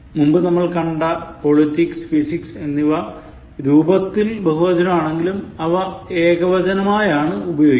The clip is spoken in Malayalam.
മുമ്പ് നമ്മൾ കണ്ട politics Physics എന്നിവ രൂപത്തിൽ ബഹുവചനം ആണെങ്കിലും അവ ഏകാവചനമായാണ് ഉപയോഗിക്കുന്നത്